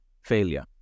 failure